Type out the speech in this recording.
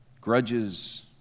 Grudges